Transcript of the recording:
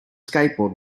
skateboard